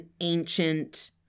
ancient